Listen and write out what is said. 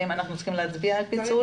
האם אנחנו צריכים להצביע על הפיצול?